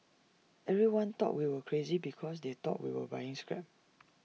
everyone thought we were crazy because they thought we were buying scrap